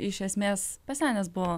iš esmės pasenęs buvo